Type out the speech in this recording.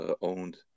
owned